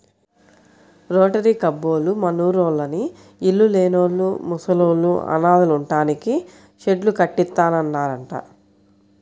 rotary కబ్బోళ్ళు మనూర్లోని ఇళ్ళు లేనోళ్ళు, ముసలోళ్ళు, అనాథలుంటానికి షెడ్డు కట్టిత్తన్నారంట